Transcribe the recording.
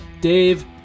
Dave